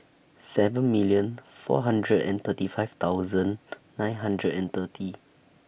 seven million four hundred and thirty five thousand nine hundred and thirty